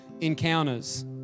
encounters